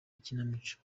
ikinamico